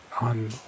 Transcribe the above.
on